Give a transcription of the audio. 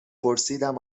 پرسیدم